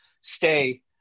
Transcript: stay